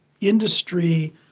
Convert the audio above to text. industry